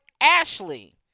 Ashley